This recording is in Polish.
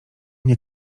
nie